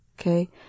Okay